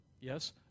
Yes